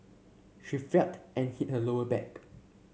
she felt and hit her lower back